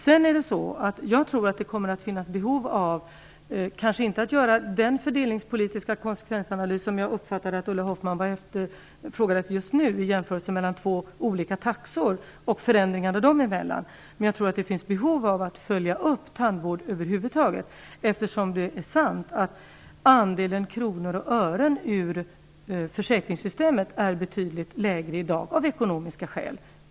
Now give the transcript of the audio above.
Jag tror kanske inte att det kommer att finnas behov av att göra den fördelningspolitiska konsekvensanalys som jag uppfattade att Ulla Hoffmann frågade efter just nu, dvs. en jämförelse mellan två olika taxor och förändringarna dem emellan. Men jag tror att det finns behov av att följa upp tandvård över huvud taget, eftersom det är sant att andelen kronor och ören som kan tas ur försäkringssystemet är betydligt lägre i dag av ekonomiska skäl.